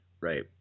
right